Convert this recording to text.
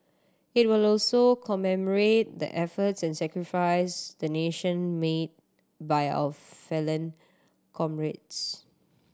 it will also commemorate the efforts and sacrifice the nation made by our fallen comrades